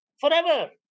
Forever